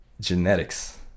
genetics